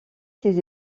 ses